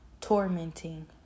tormenting